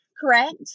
correct